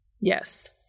Yes